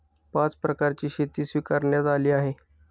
पाच प्रकारची शेती स्वीकारण्यात आली आहे